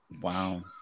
Wow